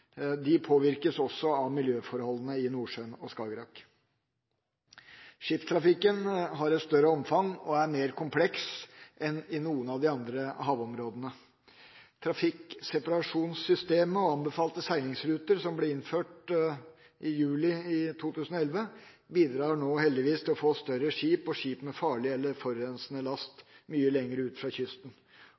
De påvirkes også av miljøforholdene i Nordsjøen og Skagerrak. Skipstrafikken har et større omfang og er mer kompleks enn i noen av de andre havområdene. Trafikkseparasjonssystemet og anbefalte seilingsruter som ble innført i juli 2011, bidrar nå heldigvis til å få større skip og skip med farlig eller forurensende last mye lenger ut fra kysten.